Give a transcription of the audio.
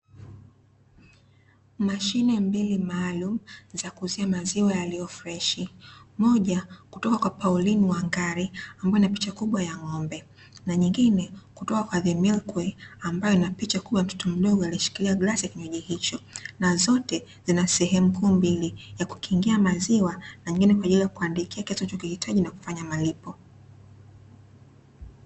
Mashine mbili maalumu za kuuzia maziwa yaliyo freshi, moja kutoka kwa "Pauline Mwangari" ambayo ina picha kubwa ya ng'ombe, na nyingine kutoka kwa "the Milk way" ambayo ina picha kubwa ya mtoto aliyeshikilia glasi ya kinywaji hicho. Na zote zina sehemu kuu mbili, ya kukingia maziwa na nyingine ya kuandikia kila unachokihitaji na kukifanya malipo.